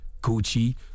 gucci